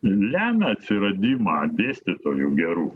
lemia atsiradimą dėstytojų gerų